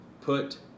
put